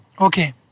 Okay